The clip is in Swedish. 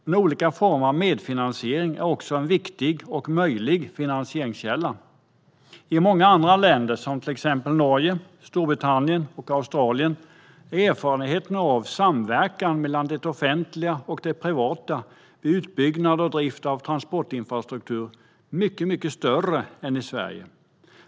Men olika former av medfinansiering är också en viktig och möjlig finansieringskälla. I många andra länder, till exempel Norge, Storbritannien och Australien, är erfarenheten av samverkan mellan det offentliga och det privata i utbyggnad och drift av transportinfrastruktur mycket större än i Sverige.